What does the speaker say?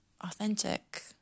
authentic